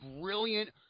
brilliant